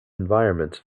environments